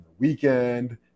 Weekend